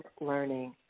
learning